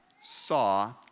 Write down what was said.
saw